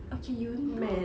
okay you know